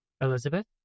Elizabeth